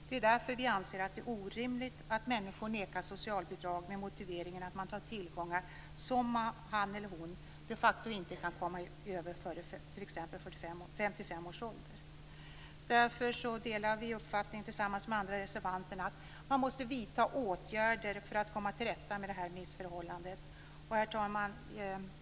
Det är därför vi anser det orimligt att människor nekas socialbidrag med motiveringen att man har tillgångar som man de facto inte kan komma över före t.ex. 55 års ålder. Därför delar vi övriga reservanters uppfattning att man måste vidta åtgärder för att komma till rätta med det här missförhållandet. Herr talman!